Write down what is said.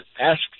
ask